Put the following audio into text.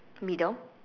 middle